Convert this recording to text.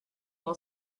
will